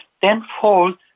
tenfold